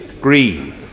Green